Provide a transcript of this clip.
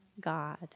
God